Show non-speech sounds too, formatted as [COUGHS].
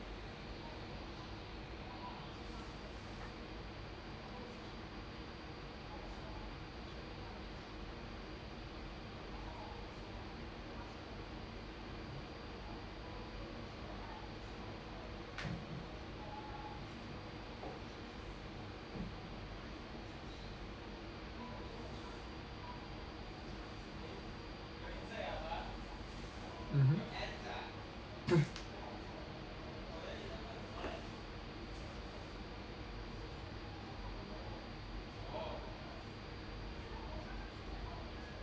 mmhmm [COUGHS]